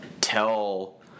tell